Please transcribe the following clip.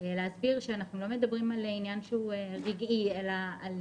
להסביר שלא מדובר על עניין רגעי אלא על